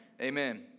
Amen